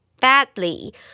badly